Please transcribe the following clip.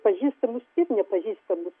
pažįstamus ir nepažįstamus